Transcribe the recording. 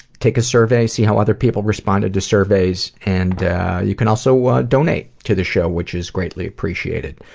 take a survey see how other people responded to surveys. and you can also donate to this show which is greatly appreciated.